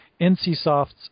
NCSoft's